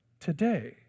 today